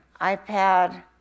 iPad